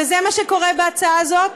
וזה מה שקורה בהצעה הזאת: